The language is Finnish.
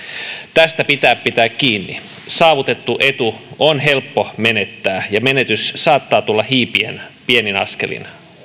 pitää pitää kiinni saavutettu etu on helppo menettää ja menetys saattaa tulla hiipien pienin askelin